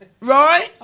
right